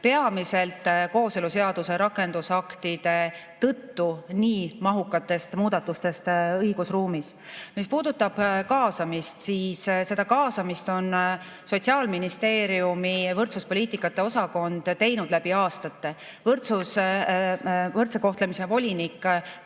peamiselt kooseluseaduse rakendusaktide tõttu mahukatest muudatustest õigusruumis. Mis puudutab kaasamist, siis seda kaasamist on Sotsiaalministeeriumi võrdsuspoliitikate osakond teinud läbi aastate. Võrdse kohtlemise volinik